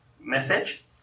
message